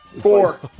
Four